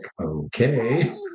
okay